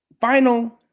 final